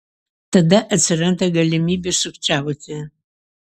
tada atsiranda galimybė sukčiauti